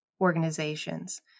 organizations